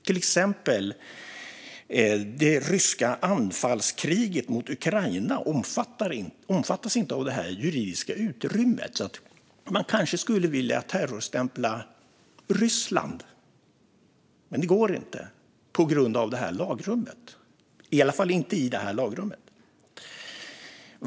Till exempel omfattas inte det ryska anfallskriget mot Ukraina av detta juridiska utrymme. Man kanske skulle vilja terrorstämpla Ryssland, men det går inte på grund av det här lagrummet - i alla fall inte i detta lagrum.